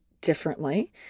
differently